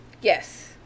Yes